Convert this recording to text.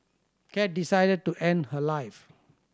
cat decided to end her life